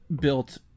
built